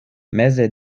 meze